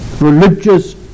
religious